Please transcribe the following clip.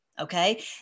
Okay